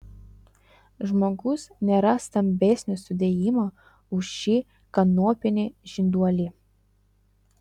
žmogus nėra stambesnio sudėjimo už šį kanopinį žinduolį